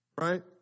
right